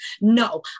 No